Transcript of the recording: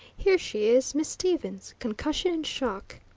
here she is miss stevens, concussion and shock.